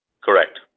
Correct